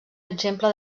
exemple